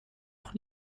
auch